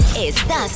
Estás